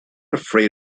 afraid